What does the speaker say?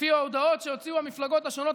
לפי ההודעות שהוציאו המפלגות השונות,